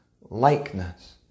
likeness